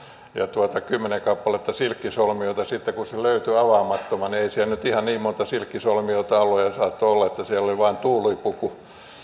kymmenen kappaletta silkkisolmioita mutta sitten kun se löytyi avaamattomana ei siellä nyt ihan niin montaa silkkisolmioita ollut ja saattoi olla että siellä oli vain tuulipuku